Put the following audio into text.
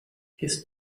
his